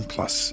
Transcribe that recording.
Plus